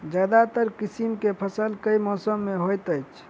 ज्यादातर किसिम केँ फसल केँ मौसम मे होइत अछि?